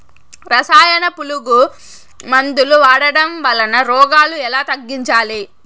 రసాయన పులుగు మందులు వాడడం వలన రోగాలు ఎలా తగ్గించాలి?